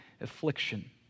affliction